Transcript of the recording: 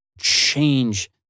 change